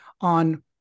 on